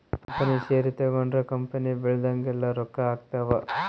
company share ತಗೊಂಡ್ರ company ಬೆಳ್ದಂಗೆಲ್ಲ ರೊಕ್ಕ ಆಗ್ತವ್